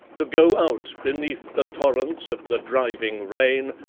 to go out beneath the torrents of the driving rain,